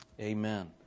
amen